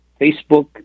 Facebook